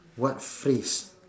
what phrase